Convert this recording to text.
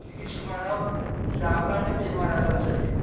किसुमाना जाब्लानो बेमार आजार जायो